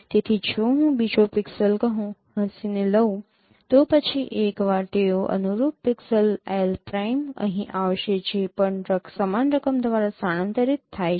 તેથી જો હું બીજું પિક્સેલ કહું હસીને લઉં તો ફરી એક વાર તેનું અનુરૂપ પિક્સેલ L પ્રાઈમ અહીં આવશે જે પણ સમાન રકમ દ્વારા સ્થળાંતરિત થાય છે